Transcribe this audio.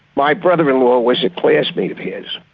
my brother-in-law was a classmate of his.